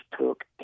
took